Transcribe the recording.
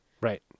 Right